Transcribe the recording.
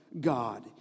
God